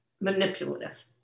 manipulative